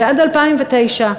ועד 2009,